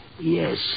Yes